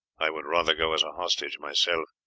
i would rather go as a hostage myself.